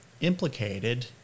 implicated